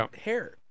hair